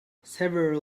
several